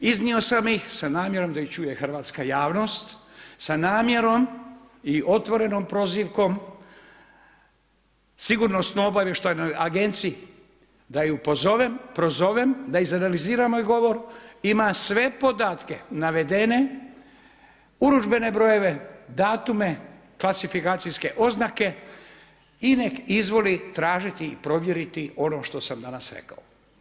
Iznio sam ih sa namjerom da ih čuje hrvatska javnost, sa namjerom i otvorenom prozivkom sigurnosno-obavještajnoj agenciji da ju prozovem da izanalizira moj govor, ima sve podatke navedene, urudžbene brojeve, datume, klasifikacijske oznake i nek izvoli tražiti, provjeriti ono što sam danas rekao.